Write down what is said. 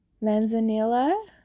manzanilla